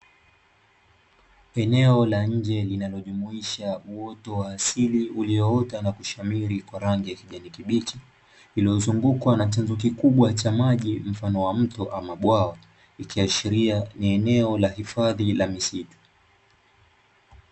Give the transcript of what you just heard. Eneo la nje linalojumuisha woto wa asili ulioota na kushamiri kwa rangi ya kijani kibichi, lilizungukwa na tengezo kubwa cha maji mfano wa mto ama bwawa, ikiashiria ni eneo la hifadhi la misitu.